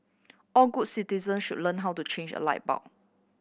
all good citizen should learn how to change a light bulb